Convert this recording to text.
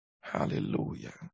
Hallelujah